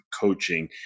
coaching